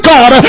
God